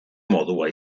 modua